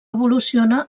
evoluciona